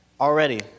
already